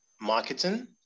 marketing